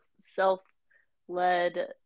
self-led